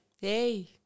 hey